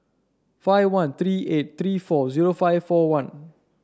five one three eight three four zero five four one